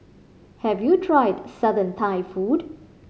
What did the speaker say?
have you tried Southern Thai food